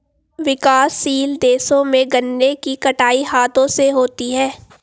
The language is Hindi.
विकासशील देशों में गन्ने की कटाई हाथों से होती है